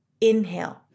Inhale